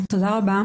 תודה רבה.